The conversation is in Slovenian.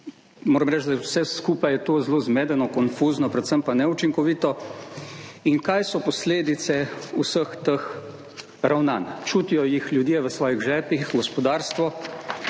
Moram reči, da je vse skupaj to zelo zmedeno, konfuzno, predvsem pa neučinkovito. Kaj so posledice vseh teh ravnanj? Čutijo jih ljudje v svojih žepih, gospodarstvo.